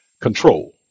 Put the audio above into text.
Control